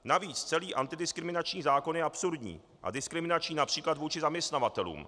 Navíc celý antidiskriminační zákon je absurdní a diskriminační například vůči zaměstnavatelům.